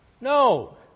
No